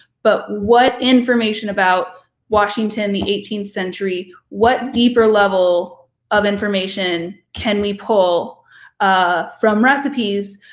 but what information about washington, the eighteenth century, what deeper level of information can we pull ah from recipes